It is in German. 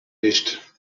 nicht